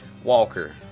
Walker